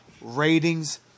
Ratings